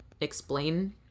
explain